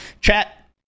chat